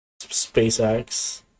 SpaceX